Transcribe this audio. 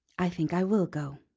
i think i will go,